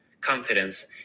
Confidence